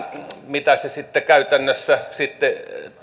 mitä se käytännössä sitten